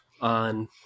on